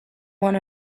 one